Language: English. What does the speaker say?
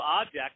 object